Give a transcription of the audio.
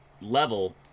level